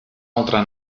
altra